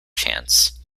chance